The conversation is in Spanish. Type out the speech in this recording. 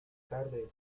tarde